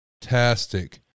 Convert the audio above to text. fantastic